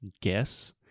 guess